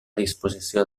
disposició